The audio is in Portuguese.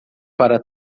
para